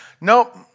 nope